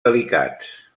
delicats